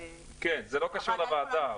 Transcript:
נכון, זה לא קשור לוועדה.